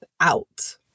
out